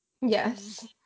Yes